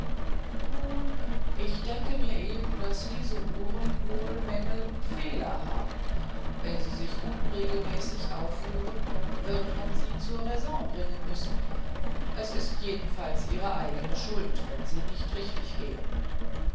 nun ich denke mir eben daß diese uhren wohl mängel und fehler haben wenn sie sich unregelmä ßig aufführen wird man sie zur raison bringen müssen es ist jedenfalls ihre eigene schuld wenn sie nicht gehen